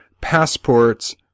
passports